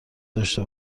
داشته